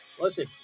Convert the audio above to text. Listen